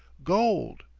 gold!